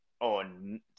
on